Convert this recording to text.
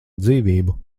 dzīvību